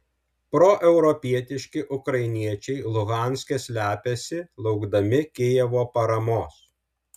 proeuropietiški ukrainiečiai luhanske slepiasi laukdami kijevo paramos